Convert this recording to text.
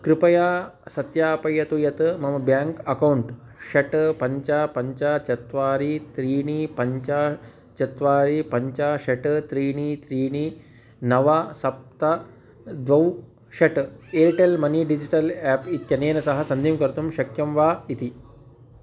कृपया सत्यापयतु यत् मम ब्याङ्क् अकौण्ट् षट् पञ्च पञ्च चत्वारि त्रीणि पञ्च चत्वारि पञ्च षट् त्रीणि त्रीणि नव सप्त द्वौ षट् एर्टेल् मनी डिजिटल् एप् इत्यनेन सह सन्धिं कर्तुं शक्यं वा इति